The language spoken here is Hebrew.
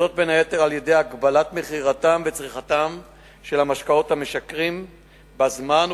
בין היתר בהגבלת מכירתם וצריכתם של המשקאות המשכרים בזמן,